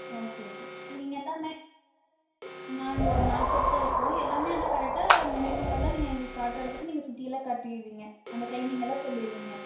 ஓ சரி சரி நீங்கள் எல்லாமே நாங்கள் ஒரு நாலு பேர் தான் இருக்கோம் எல்லாமே ஆனால் கரெக்டாக மிருகங்கள் எல்லாம் நீங்கள் எங்களுக்கு காட்டுற அளவுக்கு நீங்கள் சுற்றி எல்லாம் காட்டிருவீங்க அந்த டைமிங் எல்லாம் சொல்லிருவீங்க